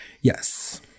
Yes